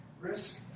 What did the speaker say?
Risk